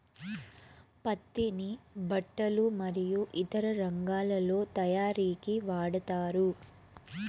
పత్తిని బట్టలు మరియు ఇతర రంగాలలో తయారీకి వాడతారు